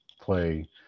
play